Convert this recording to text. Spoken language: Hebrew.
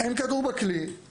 אין כדור בכלי,